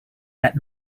that